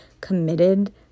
committed